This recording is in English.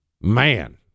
Man